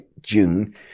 June